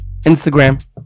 Instagram